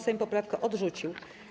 Sejm poprawkę odrzucił.